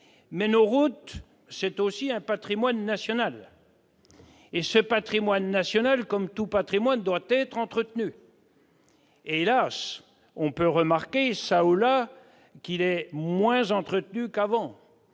Nos routes constituent aussi un patrimoine national. Et ce patrimoine national, comme tout patrimoine, doit être entretenu. Hélas, on peut remarquer, çà et là, qu'il est moins entretenu qu'avant.